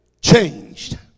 changed